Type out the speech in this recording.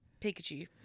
Pikachu